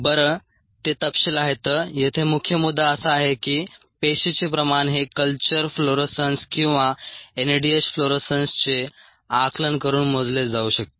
बरं ते तपशील आहेत येथे मुख्य मुद्दा असा आहे की पेशीचे प्रमाण हे कल्चर फ्लोरोसन्स किंवा एनएडीएच फ्लोरोसन्सचे आकलन करून मोजले जाऊ शकते